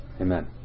Amen